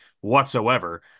whatsoever